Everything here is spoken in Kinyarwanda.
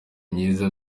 myiza